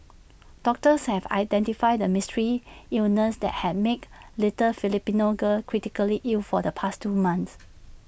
doctors have identified the mystery illness that has made little Filipino girl critically ill for the past two months